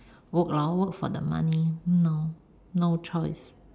work lor work for the money !hannor! no choice